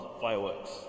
Fireworks